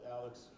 Alex